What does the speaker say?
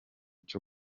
cyo